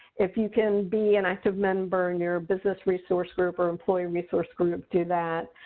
if you can be an active member in your business resource group or employee resource group, do that.